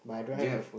Jeff